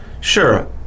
Sure